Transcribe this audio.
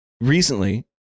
Recently